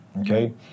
Okay